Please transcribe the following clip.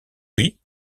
oui